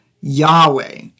Yahweh